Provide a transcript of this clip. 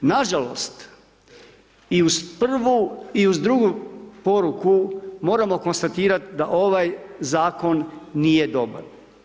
Nažalost, i uz prvu i uz drugu poruku moramo konstatirat da ovaj zakon nije dobar.